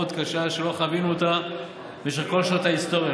קשה שלא חווינו במשך כל שנות ההיסטוריה.